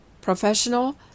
professional